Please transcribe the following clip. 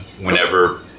whenever